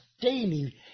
daily